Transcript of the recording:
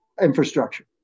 infrastructure